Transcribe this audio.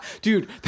Dude